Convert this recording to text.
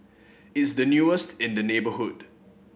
it's the newest in the neighbourhood